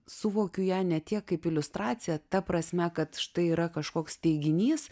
suvokiu ją ne tiek kaip iliustraciją ta prasme kad štai yra kažkoks teiginys